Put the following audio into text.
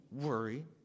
worry